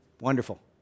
wonderful